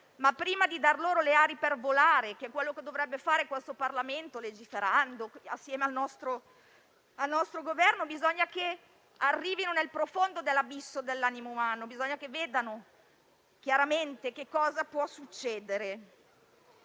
prima di dar loro le ali per volare, come dovrebbe fare questo Parlamento legiferando assieme al nostro Governo, bisogna che arrivino nel profondo dell'abisso dell'animo umano e vedano chiaramente cosa può succedere